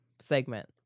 Segment